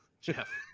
Jeff